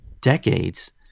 decades